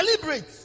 deliberate